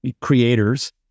creators